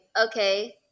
Okay